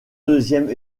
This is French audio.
deuxième